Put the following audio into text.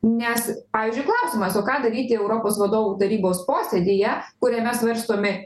nes pavyzdžiui klausimas o ką daryti europos vadovų tarybos posėdyje kuriame svarstomi